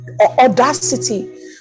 audacity